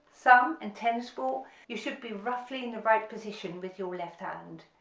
so and tennis ball you should be roughly in the right position with your left hand.